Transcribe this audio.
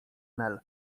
nel